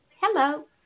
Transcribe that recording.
hello